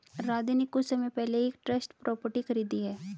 राधे ने कुछ समय पहले ही एक ट्रस्ट प्रॉपर्टी खरीदी है